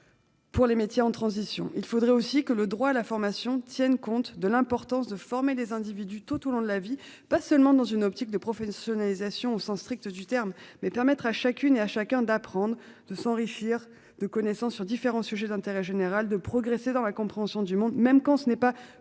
Pour les métiers en transition, il faudrait aussi que le droit à la formation tiennent compte de l'importance de former des individus tout au long de la vie pas seulement dans une optique de professionnalisation au sens strict du terme mais permettre à chacune et à chacun d'apprendre de s'enrichir de connaissances sur différents sujets d'intérêt général de progresser dans la compréhension du monde, même quand ce n'est pas formellement